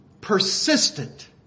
persistent